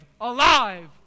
alive